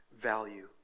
value